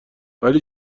ولی